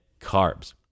carbs